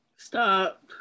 Stop